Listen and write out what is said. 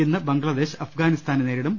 ഇന്ന് ബംഗ്ലാദേശ് അഫ്ഗാനി സ്ഥാനെ നേരിടും